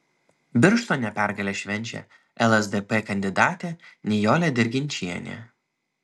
birštone pergalę švenčia lsdp kandidatė nijolė dirginčienė